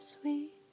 sweet